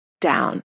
down